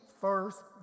first